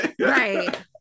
right